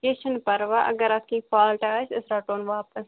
کیٚنٛہہ چھُنہٕ پَرواے اگر اَتھ کیٚنٛہہ فالٹہٕ آسہِ أسۍ رٹہون واپس